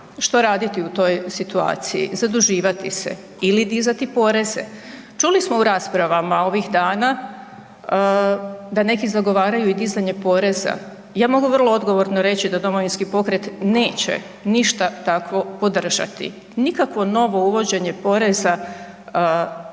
Što raditi u toj situaciji? Zaduživati se ili dizati poreze. Čuli smo u raspravama ovih dana da neki zagovaraju i dizanje poreza. Ja mogu vrlo odgovorno reći da Domovinski pokret neće ništa takvo podržati, nikakvo novo uvođenje poreza ne